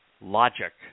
logic